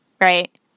right